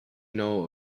know